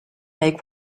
make